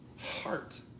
heart